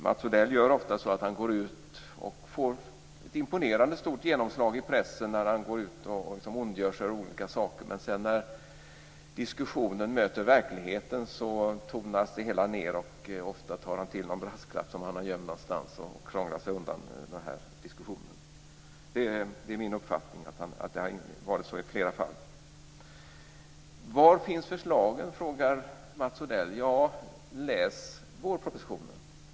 Mats Odell gör ofta så att han går ut och får ett imponerande stort genomslag i pressen när han ondgör sig över olika saker. När sedan diskussionen möter verkligheten tonas det hela ned, och ofta tar han till de brasklappar som han gömt någonstans och krånglar sig undan diskussionen. Det är min uppfattning att så har det varit i flera fall. Var finns förslagen? frågar Mats Odell. Ja, läs vårpropositionen.